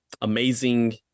amazing